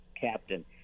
captain